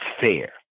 fair